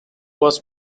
was